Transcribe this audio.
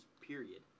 Period